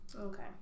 Okay